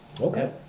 Okay